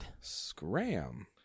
Scram